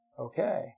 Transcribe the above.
okay